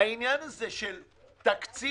זה שהוא